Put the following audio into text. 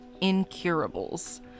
incurables